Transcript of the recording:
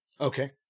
Okay